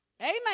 Amen